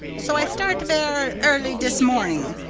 so i start vair early dis mornin'.